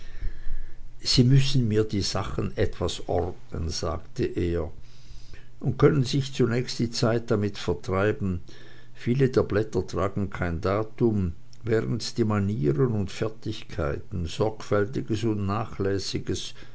sie müssen mir die sachen etwas ordnen sagte er und können sich zunächst die zeit damit vertreiben viele der blätter tragen kein datum während die manieren und fertigkeiten sorgfältiges und nachlässiges